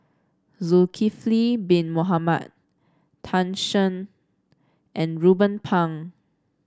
Zulkifli Bin Mohamed Tan Shen and Ruben Pang